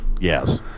Yes